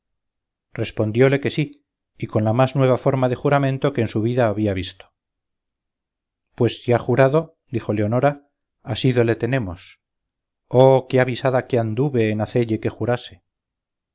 jurado respondióle que sí y con la más nueva forma de juramento que en su vida había visto pues si ha jurado dijo leonora asido le tenemos oh qué avisada que anduve en hacelle que jurase